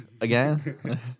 again